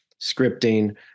scripting